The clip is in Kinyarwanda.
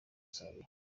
saleh